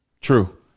true